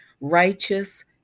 righteous